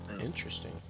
Interesting